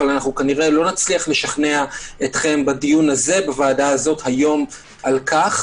אבל כנראה לא נצליח לשכנע אתכם בדיון הזה היום על כך.